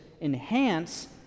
enhance